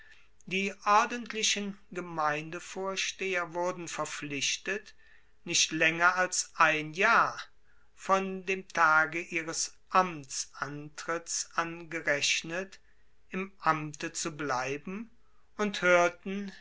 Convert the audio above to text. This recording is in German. die ordentlichen gemeindevorsteher wurden verpflichtet nicht laenger als ein jahr von dem tage ihres amtsantritts an gerechnet im amte zu bleiben und hoerten